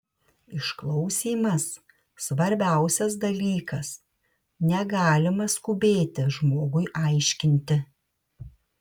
išklausymas svarbiausias dalykas negalima skubėti žmogui aiškinti